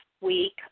week